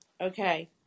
Okay